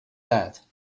that